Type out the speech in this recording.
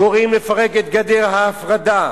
קוראים לפרק את גדר ההפרדה.